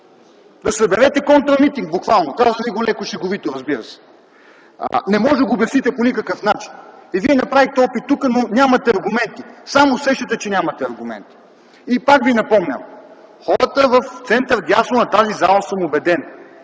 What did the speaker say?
да съберете контрамитинг буквално, казвам ви го леко шеговито, разбира се. Не може да го обясните по никакъв начин. Вие направихте опит тук, но нямате аргументи, само усещате, че нямате аргументи. И пак ви напомням, хората в центъра и вдясно на тази зала съм убеден,